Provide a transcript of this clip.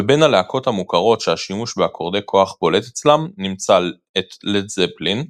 ובין הלהקות המוכרות שהשימוש באקורדי כוח בולט אצלם נמצא את לד זפלין,